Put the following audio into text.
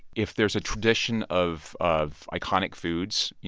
if there's a tradition of of iconic foods,